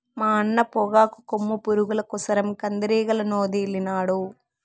మా అన్న పొగాకు కొమ్ము పురుగుల కోసరం కందిరీగలనొదిలినాడు